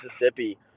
Mississippi